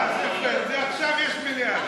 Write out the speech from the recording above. עכשיו יש מליאה.